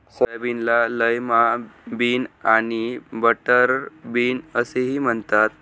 सोयाबीनला lima bean आणि butterbean असेही म्हणतात